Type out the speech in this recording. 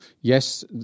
Yes